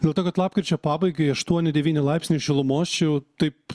nu tai kad lapkričio pabaigai aštuoni devyni laipsnių šilumos čia jau taip